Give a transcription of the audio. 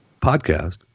podcast